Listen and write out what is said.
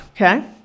okay